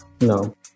No